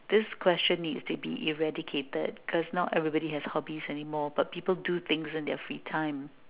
this question needs to be eradicated because no everybody has hobbies anymore but people do things during their free time